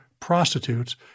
prostitutes